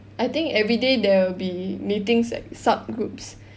I think everyday there will be meetings like sub groups